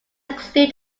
include